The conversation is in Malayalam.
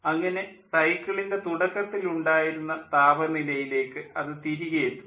അങ്ങനെ സൈക്കിളിൻ്റെ തുടക്കത്തിൽ ഉണ്ടായിരുന്ന താപനിലയിലേക്ക് അത് തിരികെ എത്തുന്നു